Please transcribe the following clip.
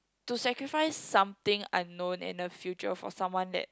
to sacrifice something unknown and the future for someone that